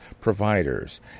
providers